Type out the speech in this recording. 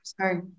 Sorry